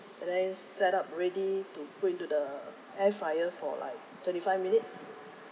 and then set up ready to put into the air fryer for like twenty five minutes